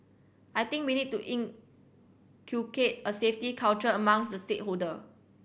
I think we need to inculcate a safety culture amongst the stakeholder